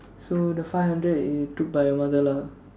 so the five hundred it took by your mother lah